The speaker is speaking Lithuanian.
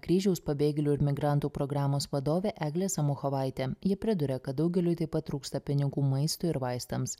kryžiaus pabėgėlių ir migrantų programos vadovė eglė samuchovaitė ji priduria kad daugeliui taip pat trūksta pinigų maistui ir vaistams